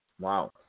Wow